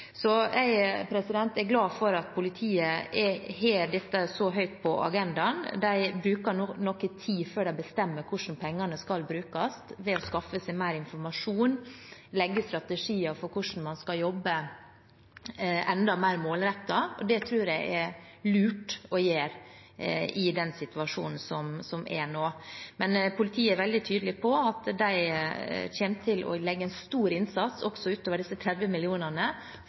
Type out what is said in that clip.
Jeg er glad for at politiet har dette så høyt på agendaen. De bruker nå noe tid før de bestemmer hvordan pengene skal brukes, ved å skaffe seg mer informasjon og legge strategier for hvordan man kan jobbe enda mer målrettet. Det tror jeg det er lurt å gjøre i den situasjonen som vi har nå. Politiet er veldig tydelig på at de kommer til å gjøre en stor innsats – også utover disse 30